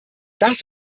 das